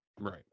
Right